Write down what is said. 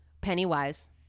Pennywise